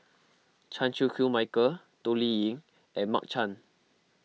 Chan Chew Koon Michael Toh Liying and Mark Chan